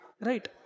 Right